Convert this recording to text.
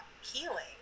healing